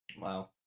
Wow